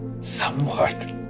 somewhat